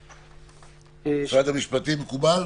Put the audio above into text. משרד המשפטים, מקובל?